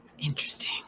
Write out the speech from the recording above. interesting